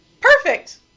Perfect